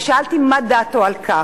ושאלתי מה דעתו על כך,